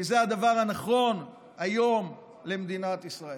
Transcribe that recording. כי זה הדבר הנכון כיום למדינת ישראל.